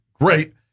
great